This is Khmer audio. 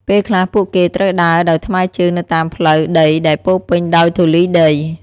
ពេលខ្លះពួកគេត្រូវដើរដោយថ្មើរជើងនៅតាមផ្លូវដីដែលពោរពេញដោយធូលីដី។